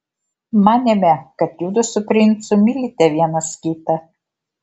manėme kad judu su princu mylite vienas kitą